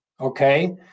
okay